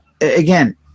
again